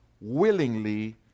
willingly